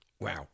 Wow